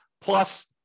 plus